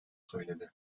söyledi